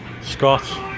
Scott